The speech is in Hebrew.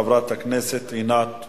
חברת הכנסת עינת וילף.